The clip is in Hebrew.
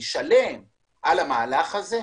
שלם על המהלך הזה.